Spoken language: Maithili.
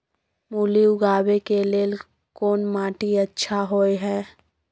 मूली उगाबै के लेल कोन माटी अच्छा होय है?